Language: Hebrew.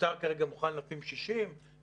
האוצר כרגע מוכן לשים 60 מיליון שקלים.